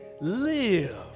live